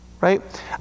right